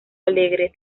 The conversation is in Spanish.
alegre